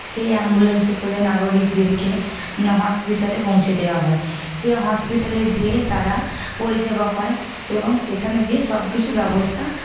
সেই অ্যাম্বুলেন্সে করে নাগরিকদেরকে হসপিটালে পৌঁছে দেওয়া হয় সেই হসপিটালে গিয়ে তারা পরিষেবা পায় এবং সেখানে গিয়ে সবকিছু ব্যবস্থা